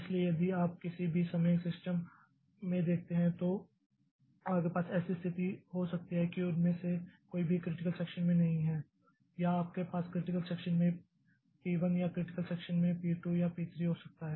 इसलिए यदि आप किसी भी समय सिस्टम में देखते हैं तो आपके पास ऐसी स्थिति हो सकती है कि उनमें से कोई भी क्रिटिकल सेक्षन में नहीं है या आपके पास क्रिटिकल सेक्षन में P 1 या क्रिटिकल सेक्षन में पी 2 या पी 3 हो सकता है